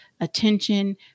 attention